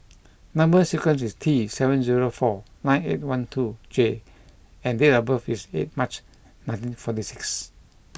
number sequence is T seven zero four nine eight one two J and date of birth is eighth March nineteen forty six